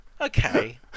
okay